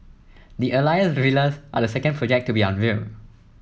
the Alias Villas are the second project to be unveiled